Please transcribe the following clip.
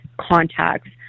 contacts